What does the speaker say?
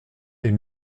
est